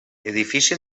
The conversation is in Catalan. edifici